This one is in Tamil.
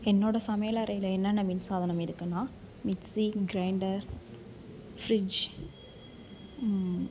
என்னோட சமையல் அறையில் என்னென்ன மின்சாதனம் இருக்குன்னா மிக்சி கிரைண்டர் ஃப்ரிட்ஜ்